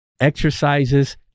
exercises